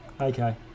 Okay